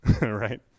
right